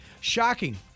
Shocking